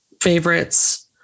favorites